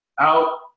out